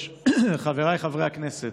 ומעולמות אחרים.